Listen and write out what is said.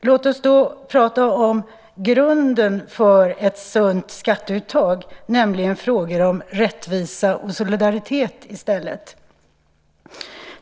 Låt oss då i stället tala om grunden för ett sunt skatteuttag, nämligen frågor om rättvisa och solidaritet.